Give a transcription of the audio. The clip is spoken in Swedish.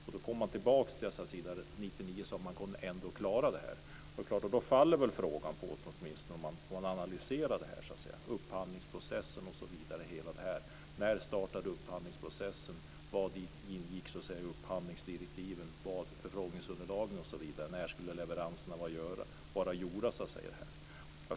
Under 1999 sade man ändå att man skulle klara detta. Vid en analys av detta kommer frågan om när upphandlingsprocessen startade, vad som ingick i upphandlingsdirektiven, i förfrågningsunderlagen, när leveranserna skulle vara gjorda osv.